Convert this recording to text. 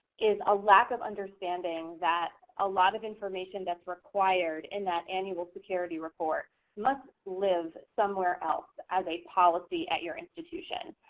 is a lack of understanding that a lot of information that's required in that annual security report must live somewhere else as a policy at your institution.